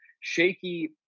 shaky